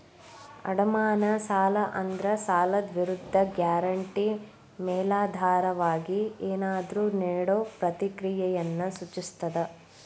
ಅಡಮಾನ ಸಾಲ ಅಂದ್ರ ಸಾಲದ್ ವಿರುದ್ಧ ಗ್ಯಾರಂಟಿ ಮೇಲಾಧಾರವಾಗಿ ಏನಾದ್ರೂ ನೇಡೊ ಪ್ರಕ್ರಿಯೆಯನ್ನ ಸೂಚಿಸ್ತದ